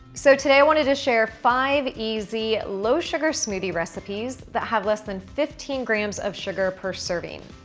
so, today i wanted to share five easy, low sugar smoothie recipes that have less than fifteen grams of sugar per serving.